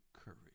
courage